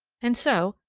and so,